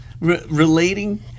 Relating